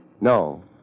No